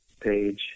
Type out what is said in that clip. page